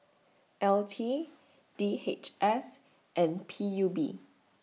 L T D H S and P U B